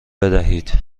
بدهید